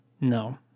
No